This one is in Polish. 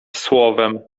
słowem